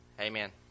Amen